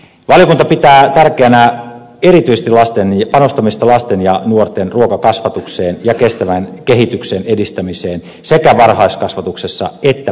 valiokunta pitää tärkeänä erityisesti panostamista lasten ja nuorten ruokakasvatukseen ja kestävän kehityksen edistämiseen sekä varhaiskasvatuksessa että perusopetuksessa